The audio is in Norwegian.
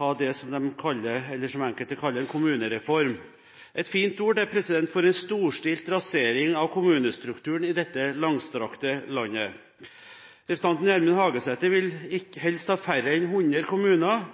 ha det enkelte kaller en kommunereform. Det er et fint ord for en storstilt rasering av kommunestrukturen i dette langstrakte landet. Representanten Gjermund Hagesæter vil helst ha færre enn 100 kommuner,